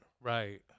Right